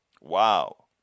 Wow